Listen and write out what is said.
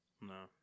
No